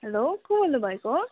hello को बोल्नुभएको हो